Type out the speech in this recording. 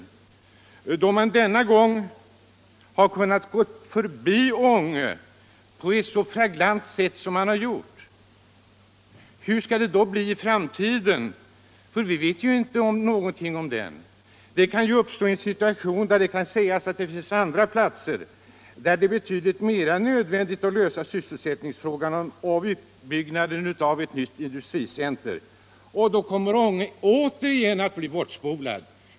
Och eftersom man denna gång har kunnat gå förbi Ånge på ett så flagrant sätt som man gjort, undrar jag verkligen hur det blir i framtiden. Det vet vi ingenting om. Situationen kan ju bli sådan att regeringen säger att det finns andra platser där det är betydligt mera nödvändigtatt lösa sysselsättningsfrågan och att bygga industricenter — och då kommer Ånge återigen att spolas!